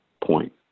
point